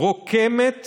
רוקמת